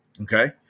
Okay